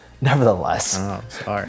Nevertheless